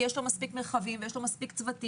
כי יש לו מספיק מרחבים ויש לו מספיק צוותים.